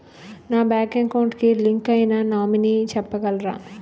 నా bank account కి link అయినా నామినీ చెప్పగలరా?